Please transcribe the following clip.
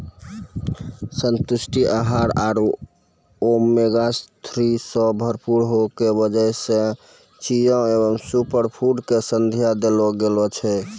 संतुलित आहार आरो ओमेगा थ्री सॅ भरपूर होय के वजह सॅ चिया क सूपरफुड के संज्ञा देलो गेलो छै